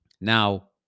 Now